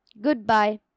Goodbye